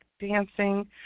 dancing